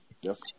yes